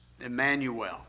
Emmanuel